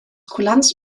kulanz